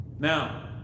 Now